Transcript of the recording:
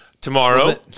Tomorrow